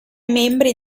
membri